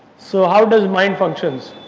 so how does mind functions?